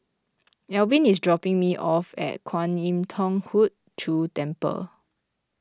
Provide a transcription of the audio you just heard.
Alvin is dropping me off at Kwan Im Thong Hood Cho Temple